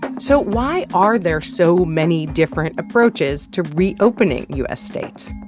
so why are there so many different approaches to reopening u s. states?